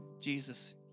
Jesus